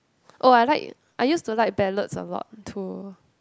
oh I like I used to like ballads a lot too